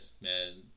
man